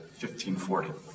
1540